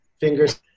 Fingers